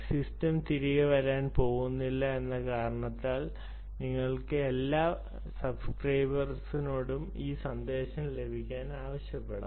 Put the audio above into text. system തിരികെ വരാൻ പോകുന്നില്ല എന്ന കാരണത്താൽ നിങ്ങൾക്ക് എല്ലാ വരിക്കാരോടും ആ സന്ദേശം ലഭിക്കാൻ ആവശ്യപ്പെടാം